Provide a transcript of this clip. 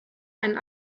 einen